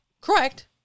Correct